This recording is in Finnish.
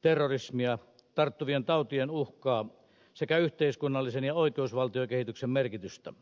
terrorismia tarttuvien tautien uhkaa sekä yhteiskunnallisen kehityksen ja oikeusvaltiokehityksen merkitystä